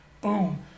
Boom